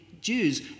Jews